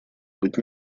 быть